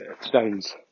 stones